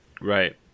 Right